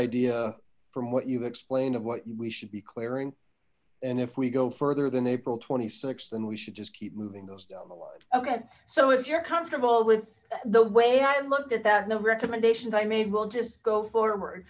idea from what you explained of what you we should be clearing and if we go further than april twenty six then we should just keep moving those down the line okay so if you're comfortable with the way i looked at that and the recommendations i made we'll just go forward